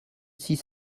six